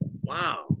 wow